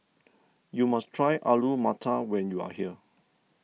you must try Alu Matar when you are here